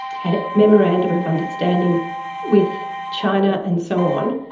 had a memorandum of understanding with china and so on,